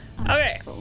Okay